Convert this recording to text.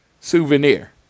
souvenir